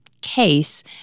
case